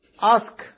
ask